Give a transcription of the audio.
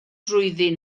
trwyddyn